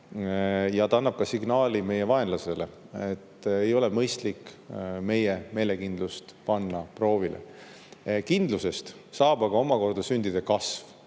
see annab ka signaali meie vaenlasele, et ei ole mõistlik meie meelekindlust panna proovile. Kindlusest saab aga omakorda sündida kasv